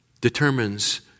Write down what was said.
Determines